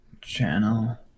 Channel